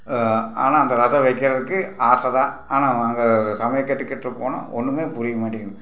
ஆனால் அந்த ரசம் வைக்கிறதுக்கு ஆசைதான் ஆனால் நாங்கள் சமையக்கட்டுக் கிட்டே போனால் ஒன்றுமே புரிய மாட்டேங்கிது